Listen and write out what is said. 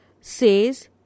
says